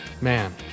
Man